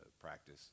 practice